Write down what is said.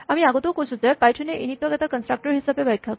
আমি আগতেও কৈছোঁ যে পাইথন এ ইনিট ক এটা কনস্ট্ৰাকটৰ হিচাপে ব্যাখ্যা কৰে